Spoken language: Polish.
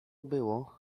było